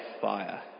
fire